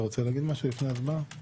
אתה רוצה לומר משהו לפני ההצבעה?